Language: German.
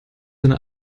seine